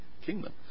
kingdom